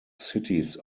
cities